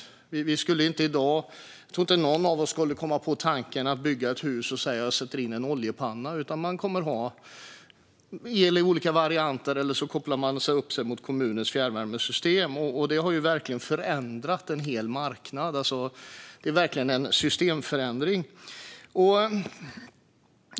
Jag tror inte att någon av oss skulle komma på tanken att bygga ett hus och sätta in en oljepanna, utan man kommer att ha el i olika varianter eller koppla upp sig mot kommunens fjärrvärmesystem. Detta har verkligen förändrat en hel marknad; det är verkligen en systemförändring.